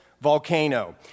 volcano